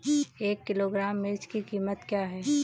एक किलोग्राम मिर्च की कीमत क्या है?